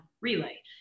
relay